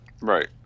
Right